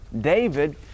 David